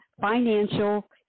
financial